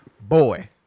Boy